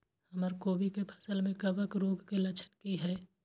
हमर कोबी के फसल में कवक रोग के लक्षण की हय?